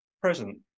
present